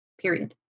period